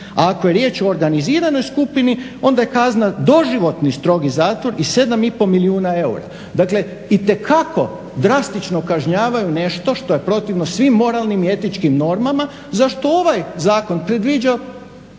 a ako je riječ o organiziranoj skupini onda je kazna doživotni strogi zatvor i 7,5 milijuna eura. Dakle itekako drastično kažnjavaju nešto što je protivno svim moralnim i etičkim normama za što ovaj zakon predviđa